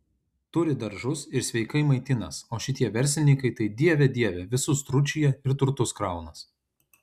turi daržus ir sveikai maitinas o šitie verslinykai tai dieve dieve visus tručija ir turtus kraunas